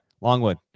Longwood